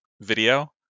video